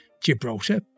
Gibraltar